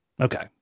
okay